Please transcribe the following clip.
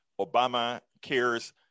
Obamacare's